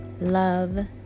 love